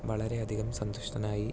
വളരെ അധികം സന്തുഷ്ടനായി